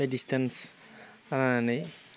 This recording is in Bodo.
बे दिसटेन्स बानायनानै